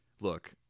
Look